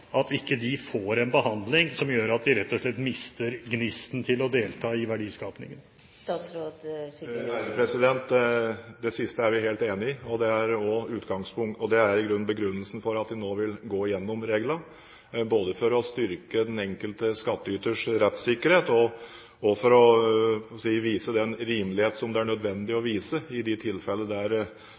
at de ikke får en behandling som gjør at de rett og slett mister gnisten til å delta i verdiskapingen. Det siste er vi helt enig i. Det er i grunnen begrunnelsen for at vi nå vil gå gjennom reglene, både for å styrke den enkelte skattyters rettssikkerhet og for å vise den rimelighet som det er nødvendig å vise i de tilfellene der